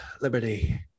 liberty